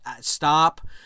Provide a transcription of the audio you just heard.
stop